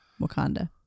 Wakanda